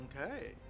Okay